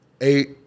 eight